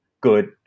good